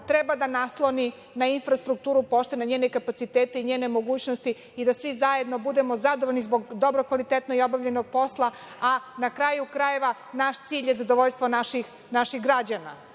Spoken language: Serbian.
treba da nasloni na infrastrukturu „Pošte“, na njene kapacitet i njene mogućnosti i da svi zajedno budemo zadovoljno zbog dobro i kvalitetno obavljenog posla. Na kraju krajeva, naš cilj je zadovoljstvo naših građana.U